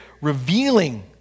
revealing